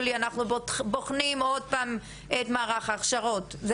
לי "..אנחנו בוחנים עוד פעם את מערך ההכשרות..",